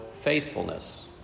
faithfulness